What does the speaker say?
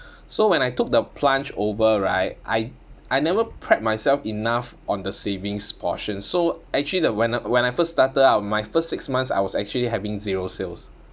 so when I took the plunge over right I I never prep myself enough on the savings portion so actually the when I when I first started out my first six months I was actually having zero sales